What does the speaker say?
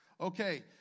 Okay